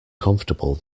comfortable